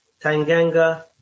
Tanganga